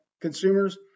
consumers